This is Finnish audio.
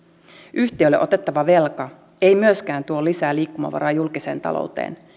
yhtiölle otettava velka ei myöskään tuo lisää liikkumavaraa julkiseen talouteen